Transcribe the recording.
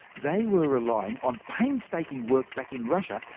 they were relying on painstaking work back in russia,